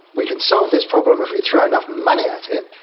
we can solve this problem if we throw enough money at it,